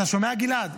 אתה שומע, גלעד?